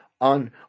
on